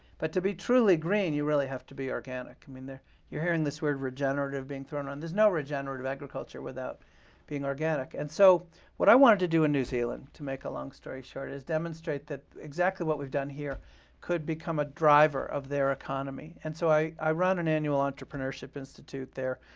but to be truly green, you really have to be organic. i mean, you're hearing this word regenerative being thrown. there's no regenerative agriculture without being organic, and so what i wanted to do in new zealand, to make a long story short, is demonstrate that exactly what we've done here could become a driver of their economy. and so i i run an annual entrepreneurship institute there.